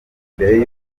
mbere